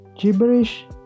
gibberish